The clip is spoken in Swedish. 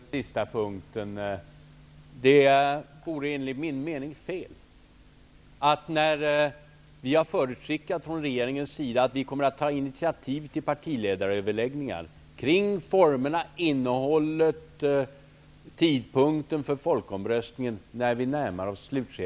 Herr talman! Det vore enligt min mening fel att diskutera enskilda frågor när regeringen har förutskickat att den, då man har nått slutskedet i förhandlingarna, kommer att ta initiativ till partiöverläggningar kring formerna, innehållet och tidpunkten för folkomröstningen.